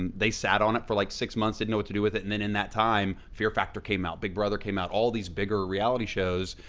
and they sat on it for like six months, didn't know what to do with it, and then in that time, fear factor came out, big brother came out, all these bigger reality shows,